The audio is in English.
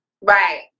Right